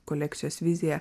kolekcijos viziją